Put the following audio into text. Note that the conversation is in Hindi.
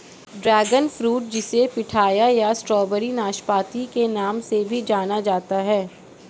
ड्रैगन फ्रूट जिसे पिठाया या स्ट्रॉबेरी नाशपाती के नाम से भी जाना जाता है